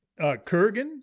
Kurgan